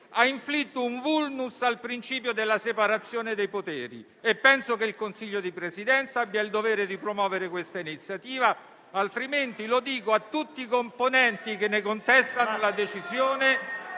ha inflitto un *vulnus* al principio della separazione dei poteri e penso che il Consiglio di Presidenza abbia il dovere di promuovere questa iniziativa. Altrimenti - lo dico a tutti i componenti che ne contestano la decisione